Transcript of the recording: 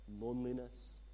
loneliness